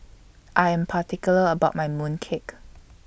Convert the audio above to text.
I Am particular about My Mooncake